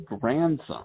grandson